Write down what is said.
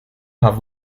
have